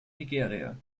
nigeria